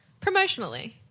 promotionally